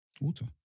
Water